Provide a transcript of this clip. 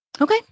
Okay